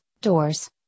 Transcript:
doors